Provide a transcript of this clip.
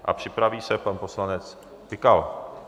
A připraví se pan poslanec Pikal.